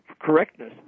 correctness